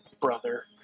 brother